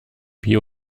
wie